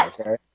okay